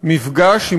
מפגש של